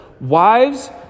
Wives